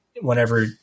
whenever